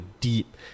deep